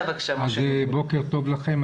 בוקר טוב לכם.